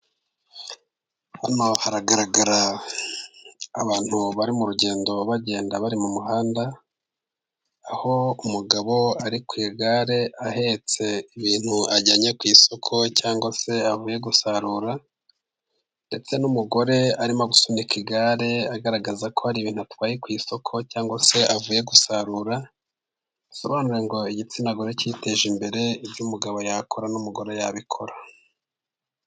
Hano haragaragara abantu bari mu rugendo bagenda bari mu muhanda, aho umugabo ari ku igare ahetse ibintu ajyanye ku isoko. cyangwa se avuye gusarura ndetse n'umugore arimo gusunika igare. agaragaza ko hari ibintu atwaye ku isoko cyangwa se avuye gusarura, asobanura ngo igitsina gore cyiteje imbere, ibyo umugabo yakora n'umugore yabikora.